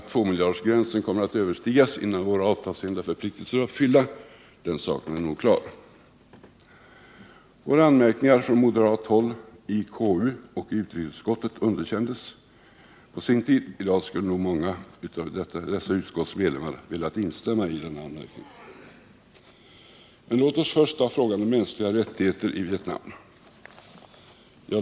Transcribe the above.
Två miljardersgränsen kommer att överstigas innan våra avtalsförpliktelser är uppfyllda — den saken är nog klar. Våra anmärkningar från moderat håll i konstitutionsutskottet och utrikesutskottet underkändes på sin tid. I dag skulle nog många av utskottsmedlemmarna ha velat instämma i denna anmärkning. Låt oss först ta frågan om de mänskliga rättigheterna i Vietnam.